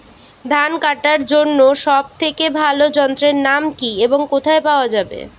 ধান কাটার জন্য সব থেকে ভালো যন্ত্রের নাম কি এবং কোথায় পাওয়া যাবে?